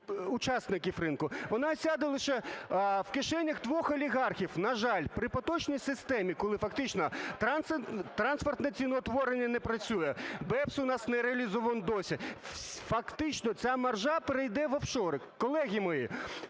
учасників ринку, вона осяде лише в кишенях двох олігархів, на жаль. При поточній системі, коли фактично трансфертне ціноутворення не працює, БЕПС у нас не реалізований досі, фактично ця маржа перейде в офшори. Колеги мої,